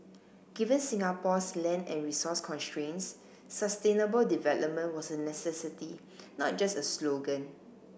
given Singapore's land and resource constraints sustainable development was a necessity not just a slogan